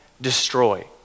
destroy